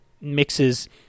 mixes